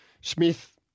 Smith